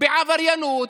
בעבריינות,